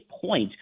point